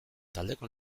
taldeko